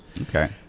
Okay